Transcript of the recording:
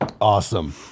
Awesome